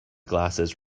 glasses